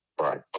Right